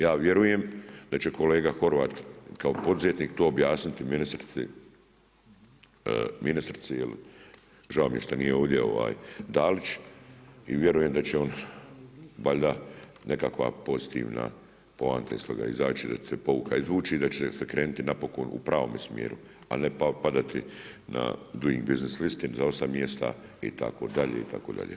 Ja vjerujem da će kolega Horvat kao poduzetnik to objasniti ministrici, žao mi je što nije ovdje, Dalić, i vjerujem da će valjda nekakva pozitivna poanta iz toga izaći, da će pouka izvući i da će se krenuti napokon u pravom smjeru a ne padati na Doing Business listi za 8 mjesta itd., itd.